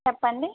చెప్పండి